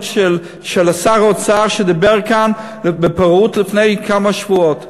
של שר האוצר שדיבר כאן בפראות לפני כמה שבועות.